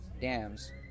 dams